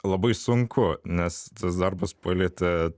labai sunku nes tas darbas palietė